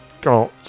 got